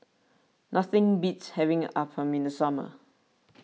nothing beats having Appam in the summer